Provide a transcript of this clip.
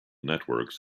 networks